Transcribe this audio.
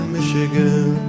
Michigan